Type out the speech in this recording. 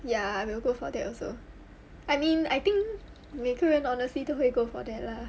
ya will go for that also I mean I think 每个人 honestly 都会 go for that lah